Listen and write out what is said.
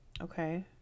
Okay